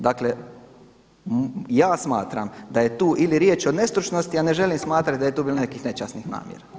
Dakle ja smatram da je tu ili riječ o nestručnosti, a ne želim smatrati da je tu bilo nekakvih nečasnih namjera.